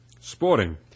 Sporting